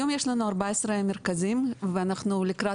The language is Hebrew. היום יש לנו 14 מרכזים ואנחנו לקראת